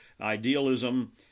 idealism